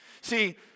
See